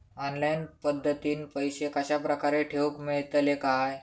Online पद्धतीन पैसे कश्या प्रकारे ठेऊक मेळतले काय?